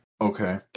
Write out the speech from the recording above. okay